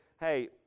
hey